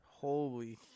Holy